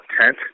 tent